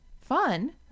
fun